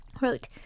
wrote